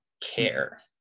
care